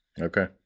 Okay